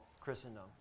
Christendom